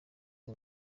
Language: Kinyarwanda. uyu